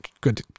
good